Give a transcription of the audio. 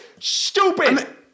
stupid